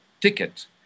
ticket